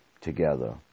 together